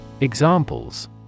Examples